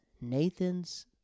Nathan's